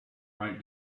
write